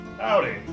Howdy